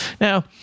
Now